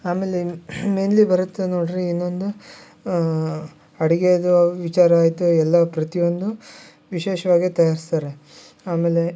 ಆಮೇಲೆ ಮೇಯ್ನ್ಲಿ ಬರುತ್ತೆ ನೋಡಿರಿ ಇನ್ನೊಂದು ಅಡುಗೆದು ವಿಚಾರ ಆಯಿತು ಎಲ್ಲ ಪ್ರತಿಯೊಂದು ವಿಶೇಷವಾಗೇ ತಯಾರಿಸ್ತಾರೆ ಆಮೇಲೆ